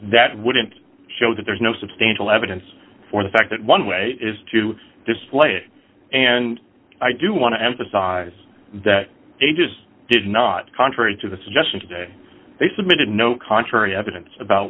that wouldn't show that there's no substantial evidence for the fact that one way is to display and i do want to emphasize that they just did not contrary to the suggestion today they submitted no contrary evidence about